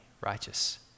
righteous